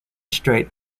straight